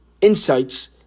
insights